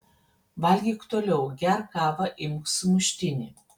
valgyk toliau gerk kavą imk sumuštinį